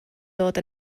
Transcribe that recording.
dod